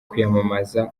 kwiyamamaza